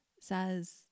says